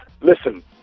listen